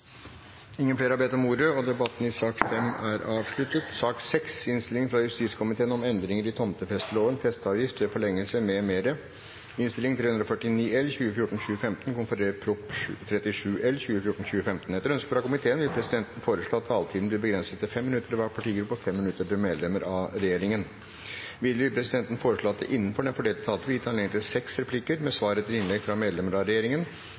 bedt om ordet til sak nr. 5. Etter ønske fra justiskomiteen vil presidenten foreslå at taletiden blir begrenset til 5 minutter til hver partigruppe og 5 minutter til medlemmer av regjeringen. Videre vil presidenten foreslå at det blir gitt anledning til seks replikker med svar etter innlegg fra medlemmer av regjeringen